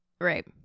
Right